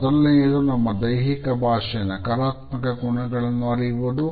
ಮೊದಲನೆಯದು ನಮ್ಮ ದೈಹಿಕ ಭಾಷೆಯ ನಕಾರಾತ್ಮಕ ಗುಣಗಳನ್ನು ಅರಿಯುವುದು